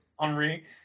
Henri